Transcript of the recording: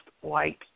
white